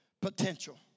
potential